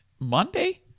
Monday